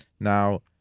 Now